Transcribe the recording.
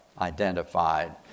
identified